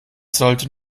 sollte